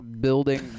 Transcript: building